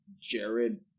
Jared